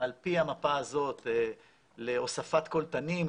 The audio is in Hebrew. על פי המפה הזאת להוספת קולטנים,